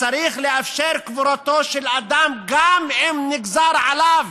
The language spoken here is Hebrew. צריך לאפשר קבורתו של אדם גם אם נגזר עליו